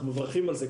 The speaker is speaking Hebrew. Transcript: אנחנו מברכים על זה,